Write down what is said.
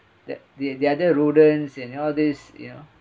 that the the other rodents and all this ya